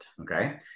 Okay